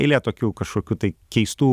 eilė tokių kažkokių tai keistų